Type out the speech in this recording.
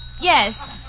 Yes